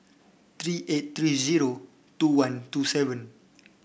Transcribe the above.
three eight three zero two one two seven